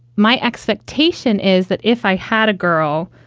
my expectation is that if i had a girl,